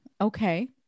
Okay